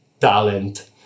talent